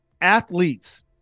athletes